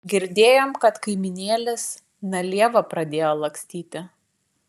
girdėjom kad kaimynėlis na lieva pradėjo lakstyti